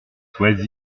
sois